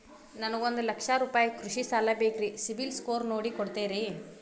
ನನಗೊಂದ ಲಕ್ಷ ರೂಪಾಯಿ ಕೃಷಿ ಸಾಲ ಬೇಕ್ರಿ ಸಿಬಿಲ್ ಸ್ಕೋರ್ ನೋಡಿ ಕೊಡ್ತೇರಿ?